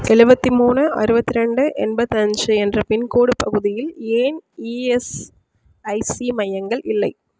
எழுபத்தி மூணு அறுபத்ரெண்டு எண்பத்தஞ்சு என்ற பின்கோடு பகுதியில் ஏன் இஎஸ்ஐசி மையங்கள் இல்லை